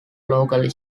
local